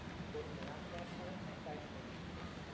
go to melanogaster, and type in our gene name,